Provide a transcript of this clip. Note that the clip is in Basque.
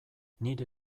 nire